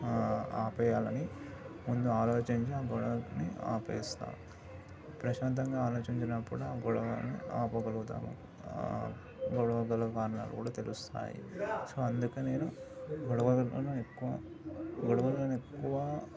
ఆపేయాలని ముందు అలోచించి ఆ గొడవని ఆపేస్తా ప్రశాంతంగా ఆలోచించినప్పుడు ఆ గొడవని ఆపగలుగుతాను ఆ గొడవ గల కారణాలు కూడా తెలుస్తాయి సో అందుకనే నేను గొడవలను ఎక్కువ గొడవలను ఎక్కువ